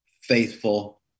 faithful